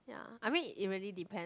ya I mean it really depend